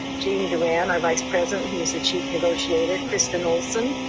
gene durand, our vice president, who was the chief negotiator. kristin olson,